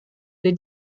they